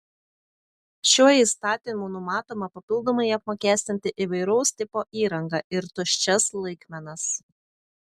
šiuo įstatymu numatoma papildomai apmokestinti įvairaus tipo įrangą ir tuščias laikmenas